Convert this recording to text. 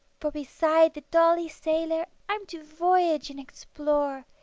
for beside the dolly sailor, i'm to voyage and explore,